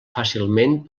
fàcilment